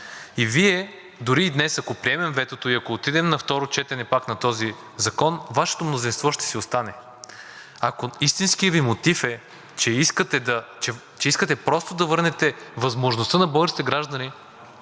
Вие, дори и днес, ако приемем ветото и ако отидем на второ четене пак на този закон, Вашето мнозинство ще си остане. Ако истинският Ви мотив е, че искате просто да върнете възможността на българските граждани